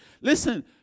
Listen